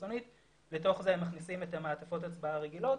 ובתוך זה הם מכניסים את מעטפות ההצבעה הרגילות